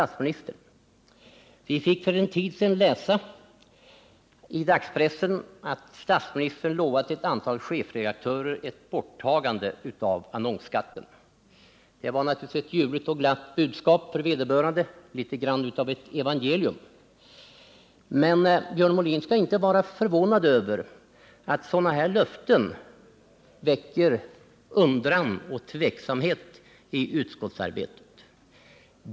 Vi fick för en tid sedan läsa i dagspressen att statsministern lovat ett antal chefredaktörer borttagande av annonsskatten. Det var naturligtvis ett ljuvligt och glatt budskap för vederbörande, litet grand av ett evangelium. Björn Molin skall inte vara förvånad över att sådana löften väcker undran och tveksamhet i utskottsarbetet.